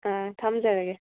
ꯑꯥ ꯊꯝꯖꯔꯒꯦ